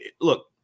Look